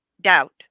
doubt